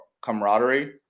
camaraderie